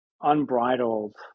unbridled